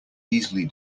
easily